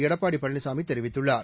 எடப்பாடி பழனிசாமி தெரிவித்துள்ளார்